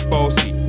Bossy